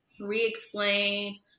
re-explain